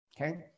okay